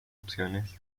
opciones